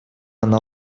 она